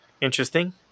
interesting